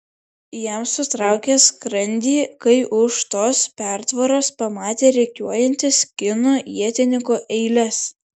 jam sutraukė skrandį kai už tos pertvaros pamatė rikiuojantis kinų ietininkų eiles